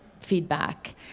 feedback